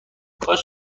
کاش